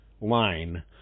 line